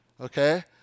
Okay